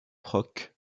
rock